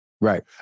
Right